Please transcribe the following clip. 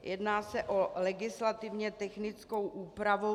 Jedná se o legislativně technickou úpravu.